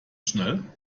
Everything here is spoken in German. schnell